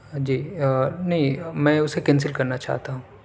جی نہیں میں اسے کینسل کرنا چاہتا ہوں